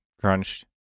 crunched